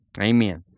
Amen